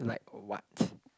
like what